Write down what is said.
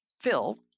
Phil